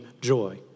joy